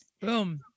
Boom